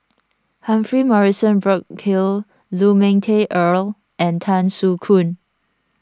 Humphrey Morrison Burkill Lu Ming Teh Earl and Tan Soo Khoon